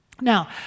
Now